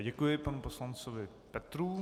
Děkuji panu poslanci Petrů.